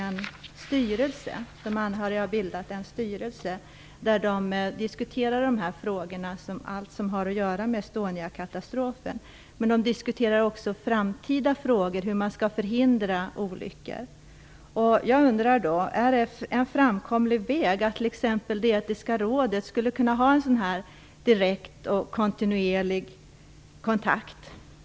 I Uppsala har de anhöriga bildat en styrelse, där de diskuterar alla de frågor som har att göra med Estoniakatastrofen. Men de diskuterar också hur man i framtiden skall kunna förhindra olyckor. Är det en framkomlig väg att t.ex. det etiska rådet har en direkt och kontinuerlig kontakt med de anhöriga?